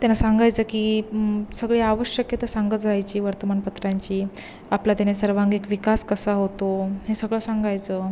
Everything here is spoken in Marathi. त्यांना सांगायचं की सगळी आवश्यकता सांगत जायची वर्तमानपत्रांची आपला त्याने सर्वांगिक विकास कसा होतो हे सगळं सांगायचं